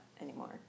anymore